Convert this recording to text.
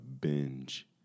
binge